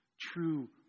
true